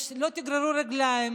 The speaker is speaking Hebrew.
שלא תגררו רגליים,